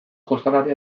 jostalari